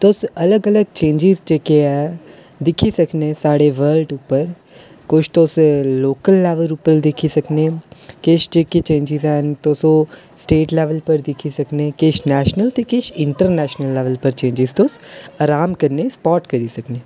तुस अलग अलग चेंज जेह्के ऐ दिक्खी सकने सारे वलर्ड उप्पर किश तुस लोकल लेवल पर दिक्खी सकने किश जेह्के चेंजां हैन तुस ओह् स्टेट लेवल पर दिक्खी सकने किश नैशनल ते किश इंटरनेशनल लेवल पर चेंज तुस आराम कन्नै स्पाट करी सकने